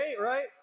right